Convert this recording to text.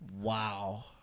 Wow